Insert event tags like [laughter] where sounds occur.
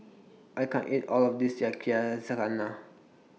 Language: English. I can't eat All of This [unintelligible]